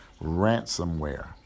ransomware